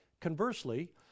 Conversely